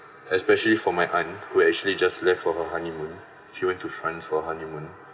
especially for my aunt who actually just left for her honeymoon she went to france for honeymoon